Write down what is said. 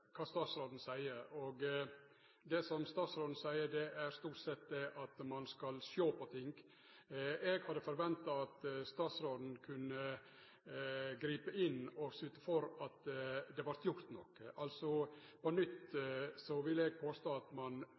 kva statsråden seier. Det som statsråden seier, er stort sett at ein skal sjå på ting. Eg hadde forventa at statsråden kunne gripe inn og syte for at det vart gjort noko. På nytt vil eg påstå at ein